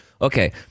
Okay